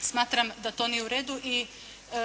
Smatram da to nije u redu i